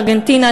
ארגנטינה,